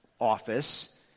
office